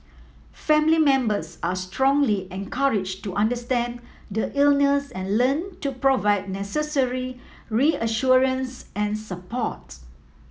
family members are strongly encourage to understand the illness and learn to provide necessary reassurance and support